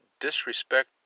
disrespect